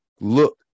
look